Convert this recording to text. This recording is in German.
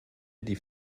die